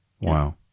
Wow